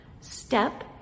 step